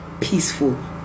peaceful